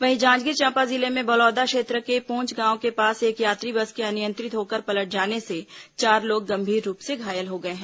वहीं जांजगीर चांपा जिले में बलौदा क्षेत्र के पोन्च गांव के पास एक यात्री बस के अनियंत्रित होकर पलट जाने से चार लोग गंभीर रूप से घायल हो गए हैं